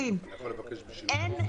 אני מוכן להקשיב לך לכל טענה בכל התקנות.